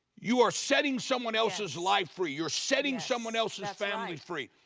you are setting someone else's life free you're setting someone else's family free,